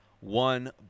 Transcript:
one